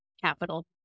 capital